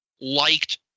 liked